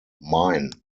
mine